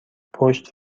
پشت